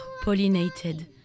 pollinated